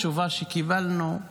התשובה שקיבלנו היא